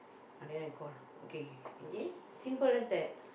ah then I call lah okay okay simple as that